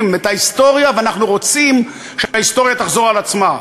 את ההיסטוריה ואנחנו רוצים שההיסטוריה תחזור על עצמה.